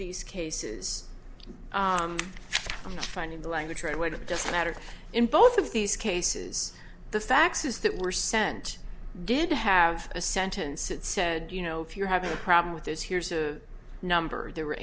cases finding the language right away to doesn't matter in both of these cases the faxes that were sent did have a sentence that said you know if you're having a problem with this here's a number there were